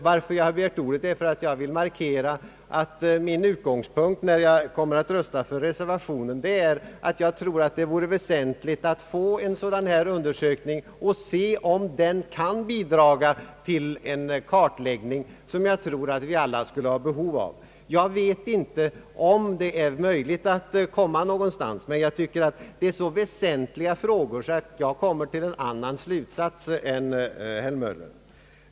Jag har begärt ordet för att markera att min utgångspunkt när jag kommer att rösta för reservationen är att jag anser det vara väsentligt att få till stånd en undersökning och se om den kan bidraga till den kartläggning som vi alla har behov av. Jag vet inte om det är möjligt att nå resultat, men jag tycker att det är så väsentliga frågor att jag kommer till en annan slutsats än herr Möller.